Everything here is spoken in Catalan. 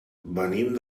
venim